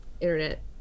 internet